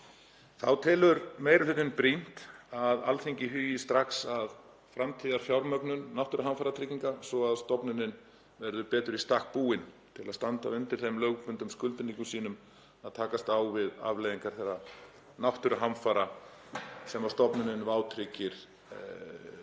Þá telur meiri hlutinn brýnt að Alþingi hugi strax að framtíðarfjármögnun Náttúruhamfaratryggingar Íslands svo að stofnunin verði betur í stakk búin til að standa undir þeim lögbundnu skuldbindingum sínum að takast á við afleiðingar þeirra náttúruhamfara sem stofnunin vátryggir gegn